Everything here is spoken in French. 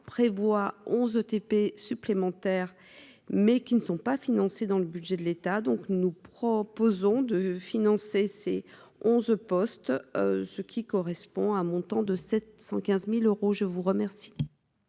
prévoit 11 ETP supplémentaires mais qui ne sont pas financées dans le budget de l'état, donc nous proposons de financer ces 11 postes, ce qui correspond à un montant de 715000 euros, je vous remercie.